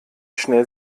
schnell